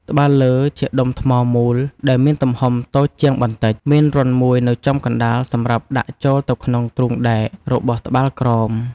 ត្បាល់លើ ជាដុំថ្មមូលដែលមានទំហំតូចជាងបន្តិច មានរន្ធមួយនៅចំកណ្ដាលសម្រាប់ដាក់ចូលទៅក្នុងទ្រូងដែករបស់ត្បាល់ក្រោម។